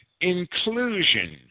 inclusion